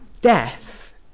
Death